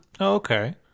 Okay